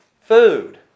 Food